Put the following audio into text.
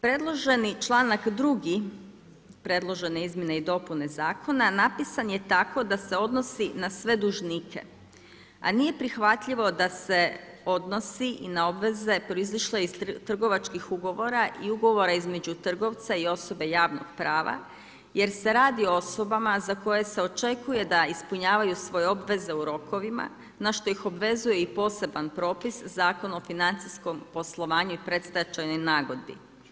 Predloženi članak 2. predložene izmjene i dopune zakona napisan je tako da se odnosi na sve dužnike, a nije prihvatljivo da se odnosi na obveze proizišle iz trgovačkih ugovora i ugovora između trgovca i osobe javnog prava jer se radi o osobama za koje se očekuje da ispunjavaju svoje obveze u rokovima, na što ih obvezuje i poseban propis Zakon o financijskom poslovanju i predstečajnoj nagodbi.